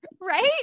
right